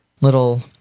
Little